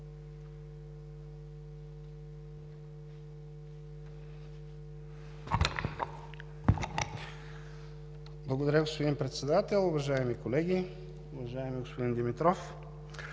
Благодаря, господин Председател. Уважаеми колеги! Уважаеми господин Димитров,